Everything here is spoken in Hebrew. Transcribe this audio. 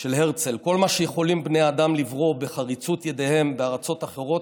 של הרצל: "כל מה שיכולים בני האדם לברוא בחריצות ידיהם בארצות אחרות,